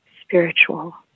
spiritual